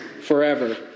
forever